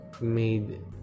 made